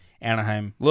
Anaheim